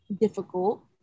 difficult